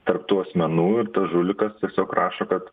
tarp tų asmenų ir tas žulikas tiesiog rašo kad